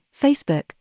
Facebook